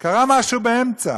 קרה משהו באמצע.